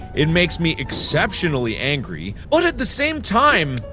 it makes me exceptionally angry, but at the same time,